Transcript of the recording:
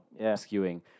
skewing